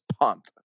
pumped